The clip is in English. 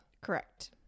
Correct